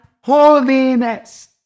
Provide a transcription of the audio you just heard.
holiness